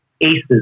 aces